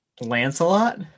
Lancelot